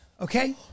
Okay